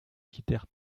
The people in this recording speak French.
quittèrent